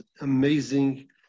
amazing